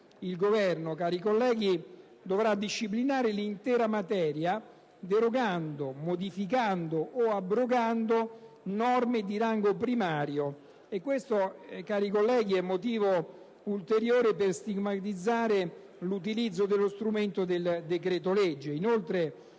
il Governo, cari colleghi, dovrà disciplinare l'intera materia derogando, modificando o abrogando norme di rango primario - questo, cari colleghi, è motivo ulteriore per stigmatizzare l'utilizzo dello strumento del decreto-legge: